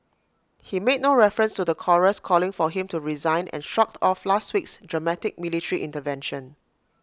he made no reference to the chorus calling for him to resign and shrugged off last week's dramatic military intervention